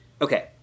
Okay